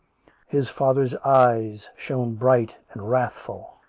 his father's eyes shone bright and wrathful.